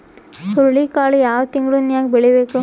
ಹುರುಳಿಕಾಳು ಯಾವ ತಿಂಗಳು ನ್ಯಾಗ್ ಬೆಳಿಬೇಕು?